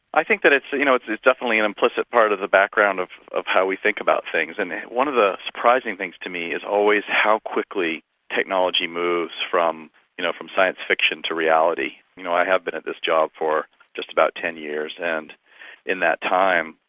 i think that it's you know it's definitely an implicit part of the background of of how we think about things, and one of the surprising things to me is always how quickly technology moves from you know from science fiction to reality. you know, i have been at this job for just about ten years, and in that time,